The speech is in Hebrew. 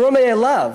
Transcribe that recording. ברור מאליו